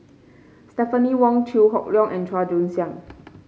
Stephanie Wong Chew Hock Leong and Chua Joon Siang